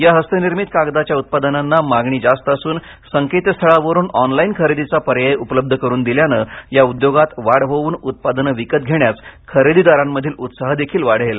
या हस्तनिर्मित कागदाच्या उत्पादनांना मागणी जास्त असून संकेतस्थळावरून ऑनलाइन खरेदीचा पर्याय उपलब्ध करुन दिल्यानं या उद्योगात वाढ होवून उत्पादने विकत घेण्यास खरेदीदारांमधील उत्साहदेखील वाढेल